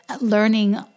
learning